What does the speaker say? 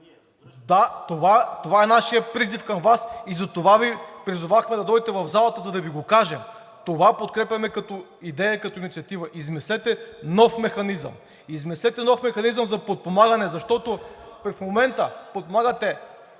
Да, това е нашият призив към Вас и затова Ви призовахме да дойдете в залата, за да Ви го кажем. Това подкрепяме като идея и като инициатива. Измислете нов механизъм! Измислете нов механизъм за подпомагане, защото в момента подпомагате